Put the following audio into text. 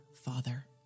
Father